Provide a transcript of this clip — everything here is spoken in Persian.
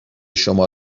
شما